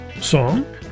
song